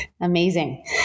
Amazing